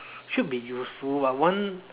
should be useful but one